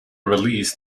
release